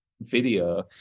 video